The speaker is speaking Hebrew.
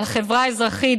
על החברה האזרחית,